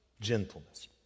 Gentleness